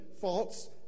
false